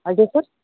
ଆଜ୍ଞା ସାର୍